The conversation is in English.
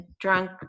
drunk